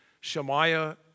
Shemaiah